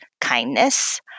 kindness